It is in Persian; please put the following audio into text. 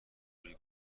روی